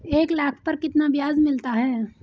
एक लाख पर कितना ब्याज मिलता है?